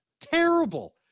terrible